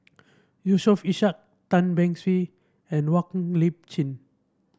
Yusof Ishak Tan Beng Swee and Lip Chin